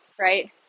right